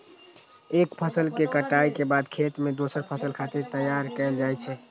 एक फसल के कटाइ के बाद खेत कें दोसर फसल खातिर तैयार कैल जाइ छै